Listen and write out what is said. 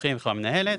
מבטחים בחברה מנהלת.